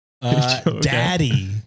Daddy